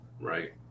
Right